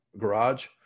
garage